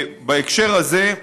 בהקשר זה,